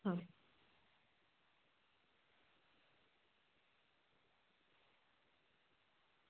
હા